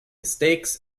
stakes